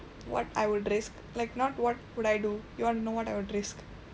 what I will risk like not what would I do you want to know what I'll risk